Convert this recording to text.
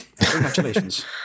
Congratulations